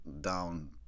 down